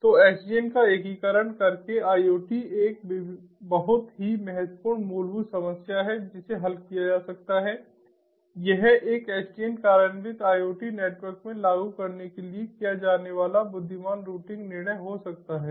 तो SDN का एकीकरण करके IoT एक बहुत ही महत्वपूर्ण मूलभूत समस्या है जिसे हल किया जा सकता है यह एक SDN कार्यान्वित IoT नेटवर्क में लागू करने के लिए किया जाने वाला बुद्धिमान रूटिंग निर्णय हो सकता है